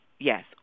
Yes